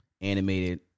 animated